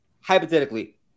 hypothetically